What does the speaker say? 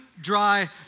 dry